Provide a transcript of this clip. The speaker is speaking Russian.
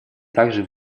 также